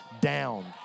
down